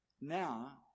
now